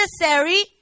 necessary